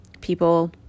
people